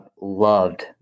loved